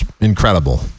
incredible